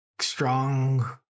strong